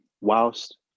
whilst